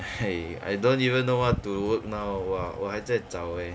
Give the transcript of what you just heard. !hey! I don't even know what to work now !wah! 我还在找 eh